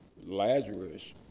Lazarus